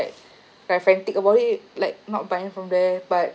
like frantic about it like not buying from there but